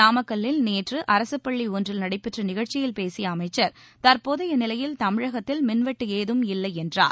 நாமக்கல்லில் நேற்று அரச் பள்ளி ஒன்றில் நடைபெற்ற நிகழ்ச்சியில் பேசிய அமைச்சர் தற்போதைய நிலையில் தமிழகத்தில் மின்வெட்டு ஏதும் இல்லையென்றார்